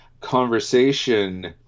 Conversation